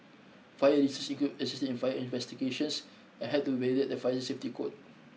fire research include assisting in fire investigations and help to validate the fire safety code